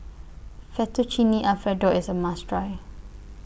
Fettuccine Alfredo IS A must Try